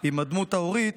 עם הדמות ההורית